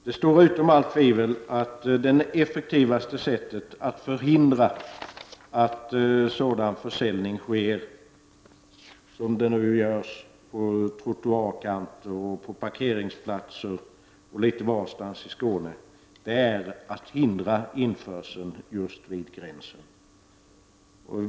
Det står utom allt tvivel att det effektivaste sättet att förhindra sådan försäljning, som nu sker på trottoarkanter, parkeringsplatser och litet varstans i Skåne, är att hindra införseln vid gränsen.